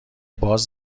باز